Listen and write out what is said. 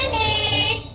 a